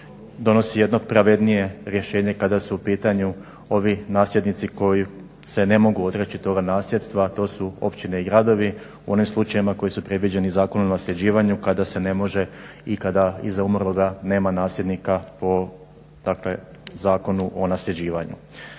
donosi jedno pravednije rješenje kada su u pitanju ovi nasljednici koji se ne mogu odreći toga nasljedstava, a to su općine i gradovi u onim slučajevima koji su predviđeni Zakonom o nasljeđivanju kada se ne može i kada iza umrloga nema nasljednika po Zakonu o nasljeđivanju.